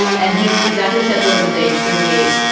and he's exactly seth rogan's age. thirty eight.